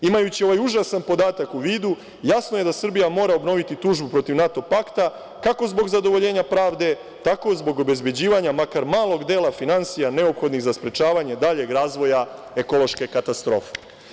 Imajući ovaj užasan podatak u vidu, jasno je da Srbija mora obnoviti tužbu protiv NATO pakta, kako zbog zadovoljenja pravde, tako zbog obezbeđivanja makar malog dela finansija neophodnih za sprečavanje daljeg razvoja ekološke katastrofe.